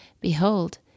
Behold